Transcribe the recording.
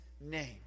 name